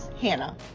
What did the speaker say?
Hannah